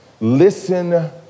Listen